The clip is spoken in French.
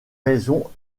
raisons